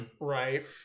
Right